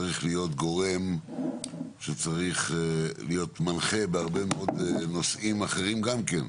צריך להיות גורם שצריך להיות מנחה בהרבה מאוד נושאים אחרים גם כן.